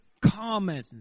common